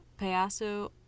Payaso